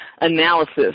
analysis